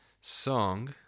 song